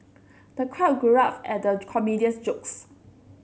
the crowd guffawed at the comedian's jokes